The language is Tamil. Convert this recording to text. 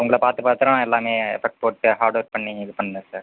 உங்களை பார்த்து பார்த்துரான் எல்லாமே எஃபக்ட் போட்டு ஹார்டு ஒர்க் பண்ணி இது பண்ணிணேன் சார்